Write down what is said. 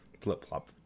flip-flop